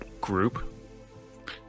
group